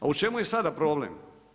A u čemu je sada problem?